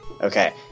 Okay